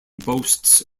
boasts